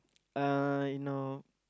uh I know